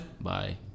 Bye